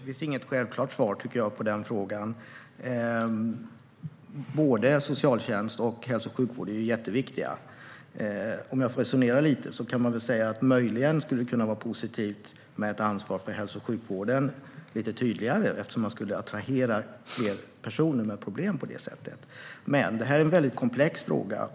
Fru talman! Det finns inget självklart svar på den frågan. Både socialtjänsten och hälso och sjukvården är jätteviktiga. Om jag får resonera lite kan jag väl säga att det möjligen skulle kunna vara positivt med ett lite tydligare ansvar för hälso och sjukvården, eftersom man skulle attrahera fler personer med problem på det sättet. Men det här är en väldigt komplex fråga.